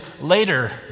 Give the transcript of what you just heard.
later